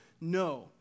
No